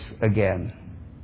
again